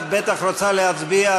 את בטח רוצה להצביע,